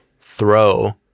throw